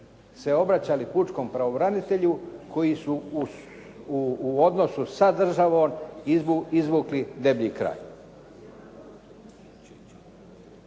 se obraćali pučkom pravobranitelju koji su u odnosu sa državom izvukli deblji kraj.